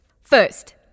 First